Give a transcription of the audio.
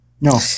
No